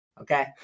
Okay